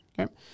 Okay